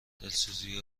دلسوزی